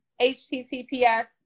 https